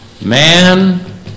Man